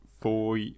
four